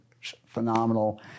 phenomenal